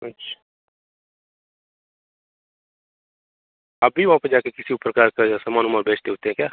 अच्छा आप भी वहाँ पर जाकर किसी प्रकार का समान उमान बेचते उचते हैं क्या